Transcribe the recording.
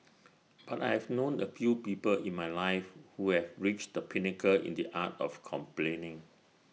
but I have known A few people in my life who have reached the pinnacle in the art of complaining